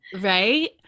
Right